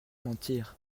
mentir